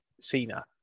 Cena